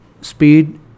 speed